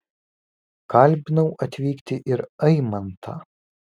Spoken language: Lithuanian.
kalbinau atvykti ir aimantą